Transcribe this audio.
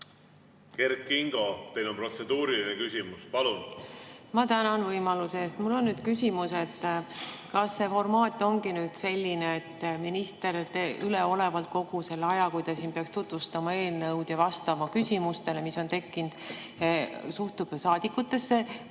Kert Kingo, teil on protseduuriline küsimus. Palun! Ma tänan võimaluse eest. Mul on nüüd küsimus, kas see formaat ongi nüüd selline, et minister kogu selle aja, kui ta peaks tutvustama eelnõu ja vastama küsimustele, mis on tekkinud, suhtub saadikutesse